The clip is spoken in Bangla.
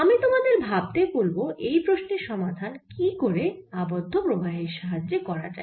আমি তোমাদের ভাবতে বলব এই প্রশ্নের সমাধান কি করে আবদ্ধ প্রবাহের সাহায্যে করা যায়